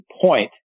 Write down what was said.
point